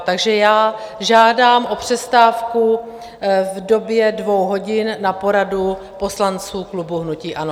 Takže žádám o přestávku v době dvou hodin na poradu poslanců klubu hnutí ANO.